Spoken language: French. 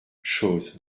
chooz